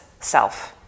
self